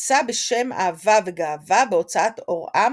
יצא בשם "אהבה וגאווה" בהוצאת אור-עם